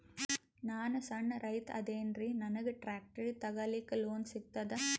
ನಾನ್ ಸಣ್ ರೈತ ಅದೇನೀರಿ ನನಗ ಟ್ಟ್ರ್ಯಾಕ್ಟರಿ ತಗಲಿಕ ಲೋನ್ ಸಿಗತದ?